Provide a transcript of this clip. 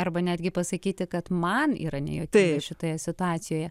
arba netgi pasakyti kad man yra nejuokinga šitoje situacijoje